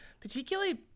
particularly